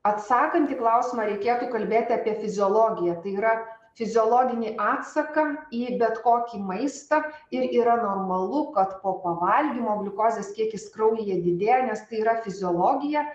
atsakant į klausimą reikėtų kalbėti apie fiziologiją tai yra fiziologinį atsaką į bet kokį maistą ir yra normalu kad po pavalgymo gliukozės kiekis kraujyje didėja nes tai yra fiziologija